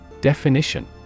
Definition